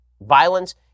violence